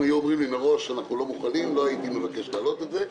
אם היו אומרים לי מראש שלא מוכנים אז לא הייתי מבקש להעלות את זה.